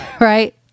right